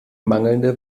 mangelnde